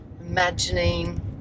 imagining